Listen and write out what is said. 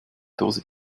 dose